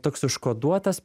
toks užkoduotas